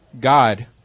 God